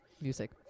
music